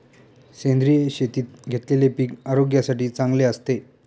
सेंद्रिय शेतीत घेतलेले पीक आरोग्यासाठी चांगले असते